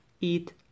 eat